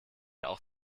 auch